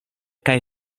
kaj